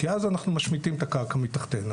כי אז אנחנו משמיטים את הקרקע מתחתינו,